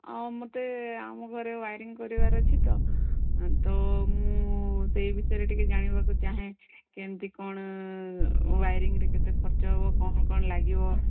ଆଉ ମୋତେ ଆମ ଘରେ ୱାୟାରିଂ କରିବାର ଅଛି ତ ତ ମୁଁ ସେଇ ବିଷୟରେ ଟିକେ ଜାଣିବାକୁ ଚାହେଁ କେମତି କ'ଣ ୱାୟାରିଂରେ କେତେ ଖର୍ଚ୍ଚ ହେବ କ'ଣ କ'ଣ ଲାଗିବ